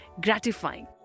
gratifying